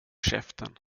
käften